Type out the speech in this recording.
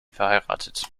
verheiratet